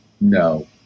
no